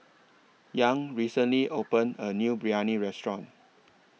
Young recently opened A New Biryani Restaurant